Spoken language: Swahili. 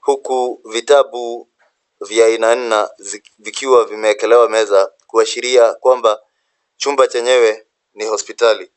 huku vitabu vya aina aina vikiwa vimewekelewa meza kuashiria kwamba chumba chenyewe ni hospitali.